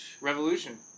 Revolution